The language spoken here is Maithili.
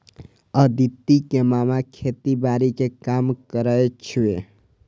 अदिति के मामा खेतीबाड़ी के काम करै छै